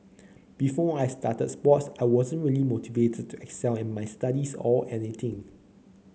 before I started sports I wasn't really motivated to excel in my studies or anything